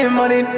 money